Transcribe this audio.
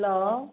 hello